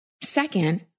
Second